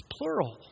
plural